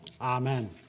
amen